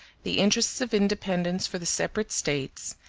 the interests of independence for the separate states,